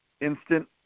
instant